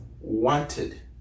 wanted